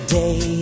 day